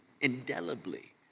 indelibly